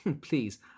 Please